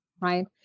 right